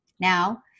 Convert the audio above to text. Now